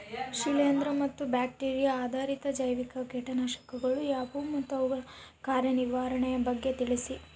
ಶಿಲೇಂದ್ರ ಮತ್ತು ಬ್ಯಾಕ್ಟಿರಿಯಾ ಆಧಾರಿತ ಜೈವಿಕ ಕೇಟನಾಶಕಗಳು ಯಾವುವು ಮತ್ತು ಅವುಗಳ ಕಾರ್ಯನಿರ್ವಹಣೆಯ ಬಗ್ಗೆ ತಿಳಿಸಿ?